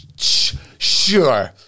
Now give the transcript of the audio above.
sure